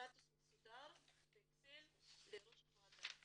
סטטוס מסודר באקסל לראש הוועדה.